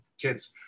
kids